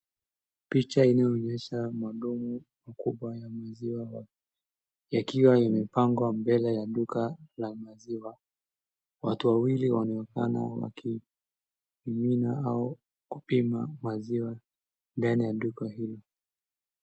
Picha inayoonyesha madonu makubwa ya maziwa yakiwa yamepangwa mbele ya duka la maziwa watu wawili wanaonekana wakimimina au kupima maziwa ndani ya duka hili.